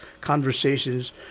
conversations